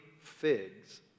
figs